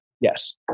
Yes